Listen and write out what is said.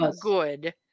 good